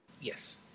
Yes